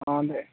हां ते